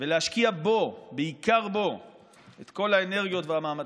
ולהשקיע בו, בעיקר בו, את כל האנרגיות והמאמצים.